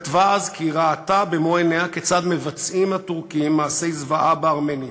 היא כתבה אז כי ראתה במו-עיניה כיצד מבצעים הטורקים מעשי זוועה בארמנים.